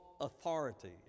authorities